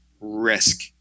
risk